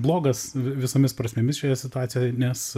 blogas vi visomis prasmėmis šioje situacijoje nes